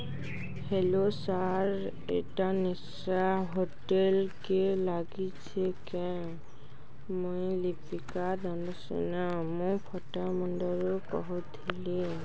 hello sir ଏଟା ନିଶା ହୋଟେଲ୍କେ ଲାଗିଛି କାଁ ମୁଇଁ ଲିପିକା ଧଣ୍ଡସେନା ମୁଁ ଫଟାମୁଣ୍ଡେଇରୁ କହୁଥିଲି